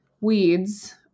weeds